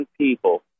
people